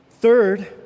Third